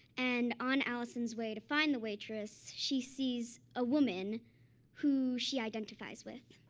and on alison's way to find the waitress, she sees a woman who she identifies with.